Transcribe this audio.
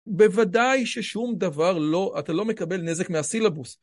בוודאי ששום דבר לא, אתה לא מקבל נזק מהסילבוס.